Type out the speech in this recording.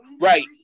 Right